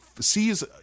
sees